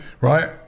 right